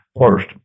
First